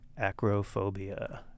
acrophobia